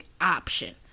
option